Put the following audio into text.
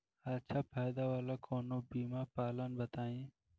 अच्छा फायदा वाला कवनो बीमा पलान बताईं?